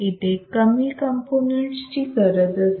इथे कमी कंपोनेंट्स ची गरज असते